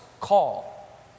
call